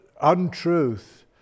untruth